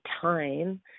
time